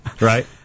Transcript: right